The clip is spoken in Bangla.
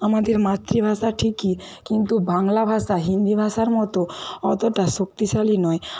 আমাদের মাতৃভাষা ঠিকই কিন্তু বাংলা ভাষা হিন্দি ভাষার মতো অতটা শক্তিশালী নয়